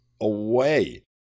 away